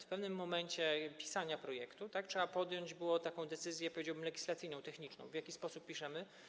W pewnym momencie pisania projektu trzeba było podjąć decyzję, powiedziałbym, legislacyjną, techniczną, w jaki sposób piszemy: